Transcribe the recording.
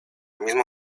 misma